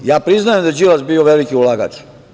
Ja priznajem da je Đilas bio veliki ulagač.